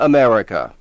America